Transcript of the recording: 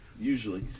usually